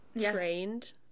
trained